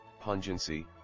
pungency